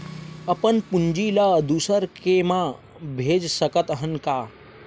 अपन पूंजी ला दुसर के मा भेज सकत हन का?